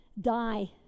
die